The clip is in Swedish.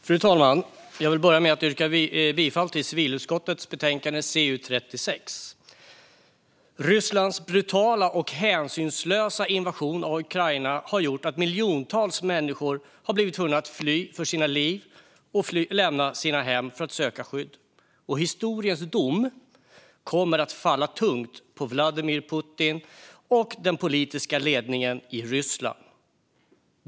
Fru talman! Jag vill börja med att yrka bifall till förslaget i civilutskottets betänkande CU36. Rysslands brutala och hänsynslösa invasion av Ukraina har gjort att miljontals människor blivit tvungna att fly för sina liv och lämna sina hem för att söka skydd. Historiens dom kommer att falla tungt på Vladimir Putin och den politiska ledningen i Ryssland.